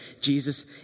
Jesus